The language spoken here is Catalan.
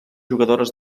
jugadores